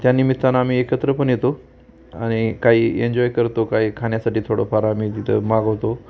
त्या निमित्तान आम्ही एकत्रपण येतो आणि काही एन्जॉय करतो काही खााण्यासाठी थोडंफार आम्ही तिथं मागवतो